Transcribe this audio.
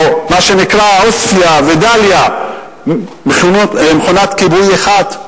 או מה שנקרא עוספיא ודאליה מכונת כיבוי אחת?